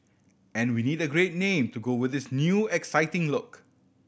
and we need a great name to go with this new exciting look